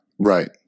Right